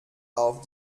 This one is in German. auf